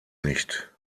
nicht